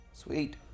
Sweet